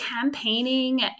campaigning